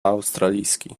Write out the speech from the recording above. australijski